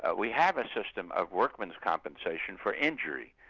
but we have a system of workmen's compensation for injury.